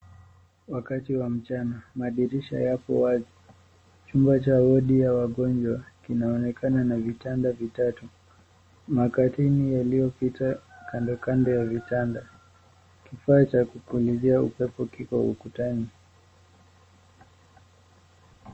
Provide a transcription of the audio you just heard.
Wakati wa mchana madirisha yapo wazi. Chumba cha wodi ya wagonjwa inaonekana na vitanda vitatu. Makatimi yaliyopita kando kando ya vitanda. Kifaa cha kupulizia upepo kiko ulikutana.